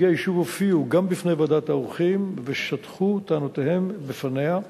ונציגי היישוב הופיעו גם בפני ועדת העורכים ושטחו טענותיהם בפניה.